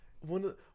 One